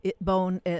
bone